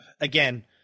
again